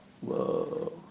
Whoa